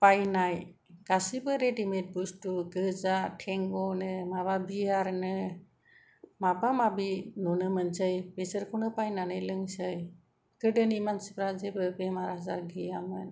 बायनाय गासैबो रेडिमेट बुसथु गोजा टेंग' नो माबा बियार नो माबा माबि नुनो मोनसै बेसोरखौबो बायनानै लोंसै गोदोनि मानसिफ्रा जेबो बेमार आजार गैयामोन